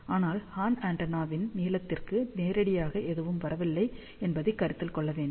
ஆனால் ஹார்ன் ஆண்டெனாவின் நீளத்திற்கு நேரடியாக எதுவும் வரவில்லை என்பதைக் கருத்தில் கொள்ள வேண்டும்